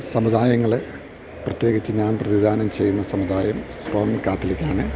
സമുദായങ്ങള് പ്രത്യേകിച്ച് ഞാൻ പ്രതിനിധാനം ചെയ്യുന്ന സമുദായം റോമൻ കാത്തലിക്കാണ്